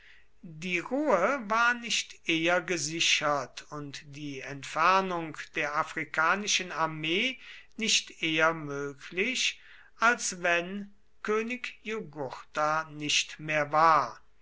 die ruhe war nicht eher gesichert und die entfernung der afrikanischen armee nicht eher möglich als wenn könig jugurtha nicht mehr war